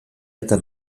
eta